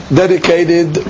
dedicated